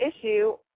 issue